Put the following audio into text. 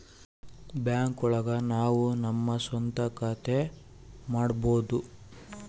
bank ಒಳಗ ನಾವು ನಮ್ ಸ್ವಂತ ಖಾತೆ ಚಾಲೂ ಮಾಡ್ಬೋದು